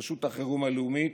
רשות החירום הלאומית,